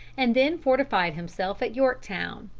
and then fortified himself at yorktown.